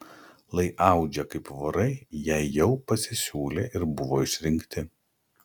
lai audžia kaip vorai jei jau pasisiūlė ir buvo išrinkti